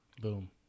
Boom